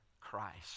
Christ